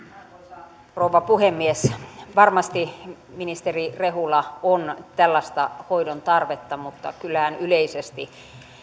arvoisa rouva puhemies varmasti ministeri rehula on tällaista hoidon tarvetta mutta kyllähän yleisesti